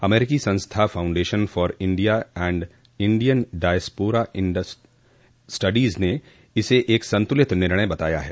अमरीकी संस्था foundation for India and Indian diaspora studies ने इसे एक संतुलित निर्णय बताया है